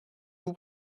vous